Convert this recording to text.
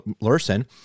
Larson